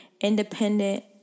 independent